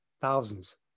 thousands